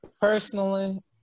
personally